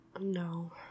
No